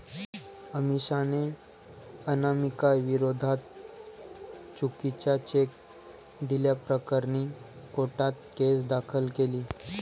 अमिषाने अनामिकाविरोधात चुकीचा चेक दिल्याप्रकरणी कोर्टात केस दाखल केली